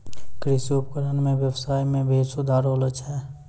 कृषि उपकरण सें ब्यबसाय में भी सुधार होलो छै